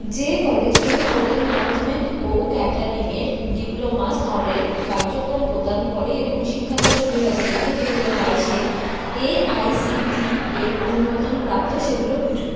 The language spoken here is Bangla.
যে কলেজগুলো হোটেল ম্যানেজমেন্ট ও ক্যাটারিং এর ডিপ্লোমা স্তরের কার্যক্রম প্রদান করে এবং শিক্ষাবর্ষ দু হাজার একুশ দু হাজার বাইশে এআইসিটিই এর অনুমোদনপ্রাপ্ত সেগুলো খুঁজুন